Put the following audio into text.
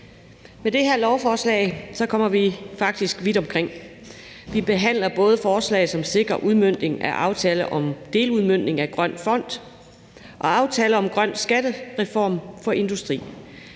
Med det her lovforslag kommer vi faktisk vidt omkring. Vi behandler både forslag, som sikrer udmøntning af aftale om deludmøntning af Grøn Fond og aftale om grøn skattereform for industri.